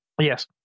Yes